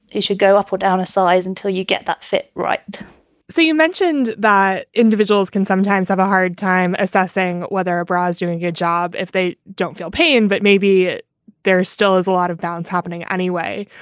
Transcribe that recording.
it should go up or down a size until you get that fit. right so you mentioned by individuals can sometimes have a hard time assessing whether a bra is doing your job if they don't feel pain. but maybe there still is a lot of bounce happening anyway.